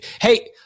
hey